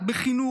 בחינוך,